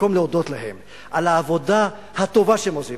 במקום להודות להם על העבודה הטובה שהם עושים,